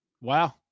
wow